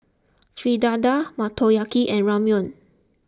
Fritada Motoyaki and Ramyeon